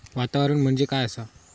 वातावरण म्हणजे काय असा?